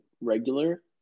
regular